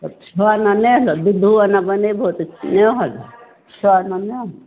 तऽ छओ आना नहि हो दू दू आना बनेबहो तऽ नहि होल छओ आना नहि होल